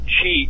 Cheap